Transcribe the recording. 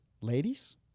ladies